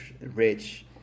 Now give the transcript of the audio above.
rich